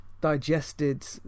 digested